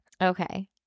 Okay